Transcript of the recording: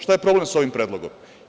Šta je problem sa ovim predlogom?